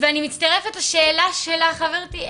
ואני מצטרפת לשאלה שלך, חברתי.